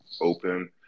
open